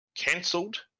Cancelled